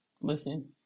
Listen